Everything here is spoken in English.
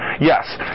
Yes